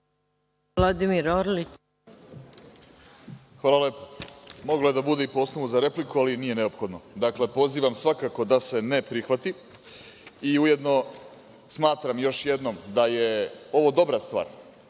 Hvala lepo. Moglo je da bude i po osnovu za repliku, ali nije neophodno. Dakle, pozivam svakako da se ne prihvati i ujedno smatram još jednom da je ovo dobra stvar,